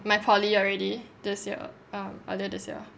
my poly already this year um earlier this year